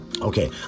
Okay